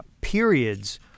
periods